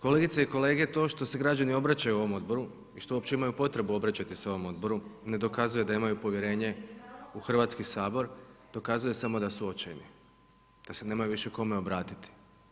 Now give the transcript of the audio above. Kolegice i kolege, to što se građani obraćaju ovome odboru i što uopće imaju potrebu obraćati se ovome odboru ne dokazuje da imaju povjerenje u Hrvatski sabor, dokazuje samo da su očajni da se nemaju više kome obratiti.